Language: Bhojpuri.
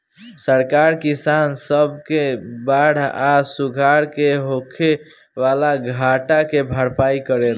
सरकार किसान सब के बाढ़ आ सुखाड़ से होखे वाला घाटा के भरपाई करेले